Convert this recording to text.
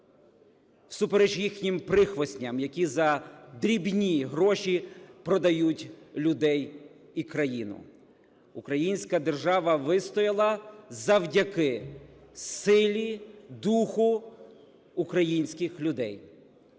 всупереч їхнім прихвосням, які за дрібні гроші продають людей і країну. Українська держава вистояла завдяки силі, духу українських людей.